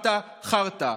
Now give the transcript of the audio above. חארטה, חארטה.